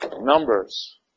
numbers